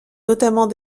notamment